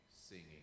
singing